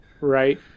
Right